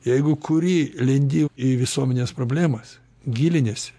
jeigu kuri lendi į visuomenės problemas giliniesi